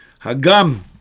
Hagam